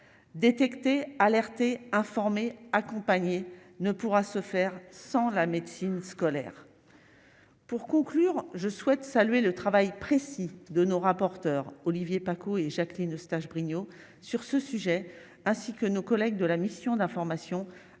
détecté alerter, informer accompagné ne pourra se faire sans la médecine scolaire. Pour conclure, je souhaite saluer le travail précis de nos rapporteurs Olivier Paccaud et Jacqueline Eustache-Brinio sur ce sujet ainsi que nos collègues de la mission d'information